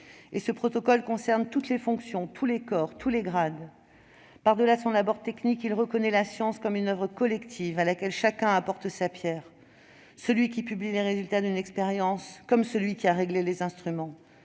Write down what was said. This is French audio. Ce protocole concerne toutes les fonctions, tous les corps, tous les grades. Par-delà son abord technique, il reconnaît la science comme une oeuvre collective à laquelle chacun apporte sa pierre : celui qui publie les résultats d'une expérience comme celui qui a réglé les instruments,